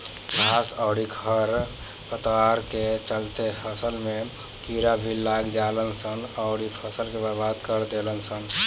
घास अउरी खर पतवार के चलते फसल में कीड़ा भी लाग जालसन अउरी फसल के बर्बाद कर देलसन